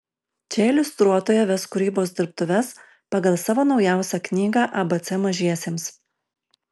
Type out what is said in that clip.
čia iliustruotoja ves kūrybos dirbtuves pagal savo naujausią knygą abc mažiesiems